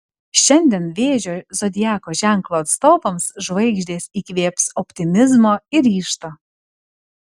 šiandien vėžio zodiako ženklo atstovams žvaigždės įkvėps optimizmo ir ryžto